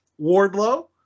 Wardlow